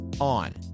on